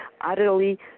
utterly